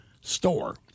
store